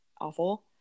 awful